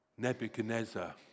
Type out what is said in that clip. Nebuchadnezzar